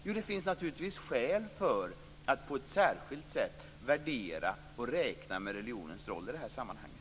Jo, det finns naturligtvis skäl för att på ett särskilt sätt värdera och räkna med religionens roll i det här sammanhanget.